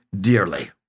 dearly